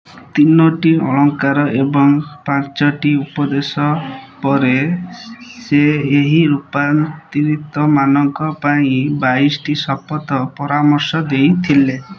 ତିନୋଟି ଅଳଙ୍କାର ଏବଂ ପାଞ୍ଚଟି ଉପଦେଶ ପରେ ସେ ଏହି ରୂପାନ୍ତରିତମାନଙ୍କ ପାଇଁ ବାଇଶଟି ଶପଥ ପରାମର୍ଶ ଦେଇଥିଲେ